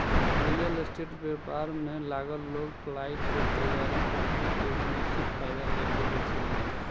real estate व्यापार में लागल लोग फ्लाइट के तइयार करके एगो निश्चित फायदा लेके बेचेलेन